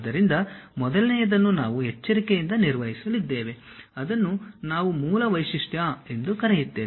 ಆದ್ದರಿಂದ ಮೊದಲನೆಯದನ್ನು ನಾವು ಎಚ್ಚರಿಕೆಯಿಂದ ನಿರ್ಮಿಸಲಿದ್ದೇವೆ ಅದನ್ನು ನಾವು ಮೂಲ ವೈಶಿಷ್ಟ್ಯ ಎಂದು ಕರೆಯುತ್ತೇವೆ